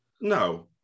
No